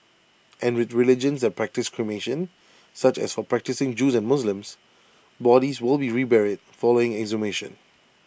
and with religions that practise cremation such as for practising Jews and Muslims bodies will be reburied following exhumation